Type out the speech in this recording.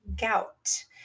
gout